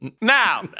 Now